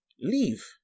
Leave